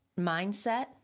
mindset